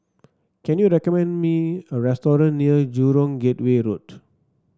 can you recommend me a restaurant near Jurong Gateway Road